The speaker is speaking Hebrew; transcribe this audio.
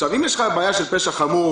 אם יש לך בעיה של פשע חמור,